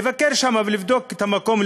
לבקר שם ולבדוק את המקום,